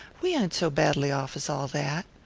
we ain't so badly off as all that.